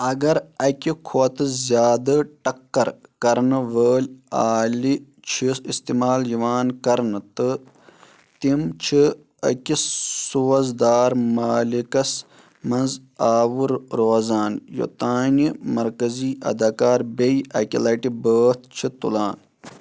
اگر اکہِ کھوتہٕ زیادٕ ٹکر کرَنہٕ وٲلۍ آلہٕ چھِ استعمال یِوان کرنہٕ تہِ تِم چھِ أکِس سوز دار مٲلِکس منٛز آوٕر روزان یوٚتٲنۍ مرکزی اداکار بییہِ اکہِ لٹہِ بٲتھ چھُ تُلان